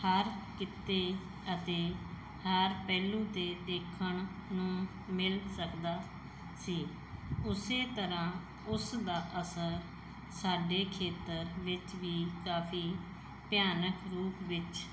ਹਰ ਕਿੱਤੇ ਅਤੇ ਹਰ ਪਹਿਲੂ 'ਤੇ ਦੇਖਣ ਨੂੰ ਮਿਲ ਸਕਦਾ ਸੀ ਉਸੇ ਤਰ੍ਹਾਂ ਉਸ ਦਾ ਅਸਰ ਸਾਡੇ ਖੇਤਰ ਵਿੱਚ ਵੀ ਕਾਫੀ ਭਿਆਨਕ ਰੂਪ ਵਿੱਚ